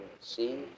See